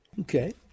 Okay